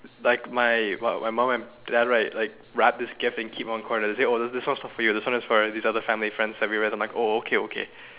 like my what my mom and dad right like wrap this gift right and keep one part this one is for you this one is for this other family friend I'm like oh okay okay